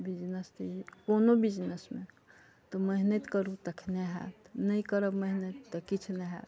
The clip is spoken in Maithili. बिजनेस तऽ कोनो बिजनेसमे तऽ मेहनत करु तखने हैत नहि करब मेहनत तऽ किछु नहि हैत